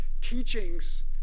Teachings